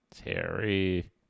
Terry